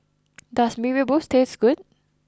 does Mee Rebus taste good